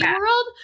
World